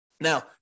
Now